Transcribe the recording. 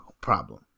problem